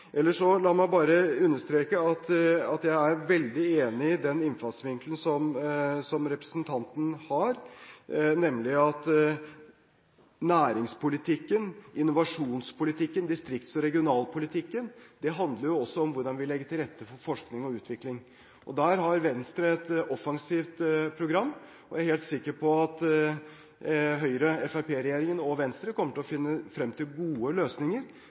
Ellers – la meg understreke at jeg er veldig enig i den innfallsvinkelen som representanten Skjelstad har, nemlig at næringspolitikken, innovasjonspolitikken og distrikts- og regionalpolitikken også handler om hvordan vi legger til rette for forskning og utvikling. Der har Venstre et offensivt program. Jeg er helt sikker på at Høyre–Fremskrittsparti-regjeringen og Venstre kommer til å finne frem til gode løsninger.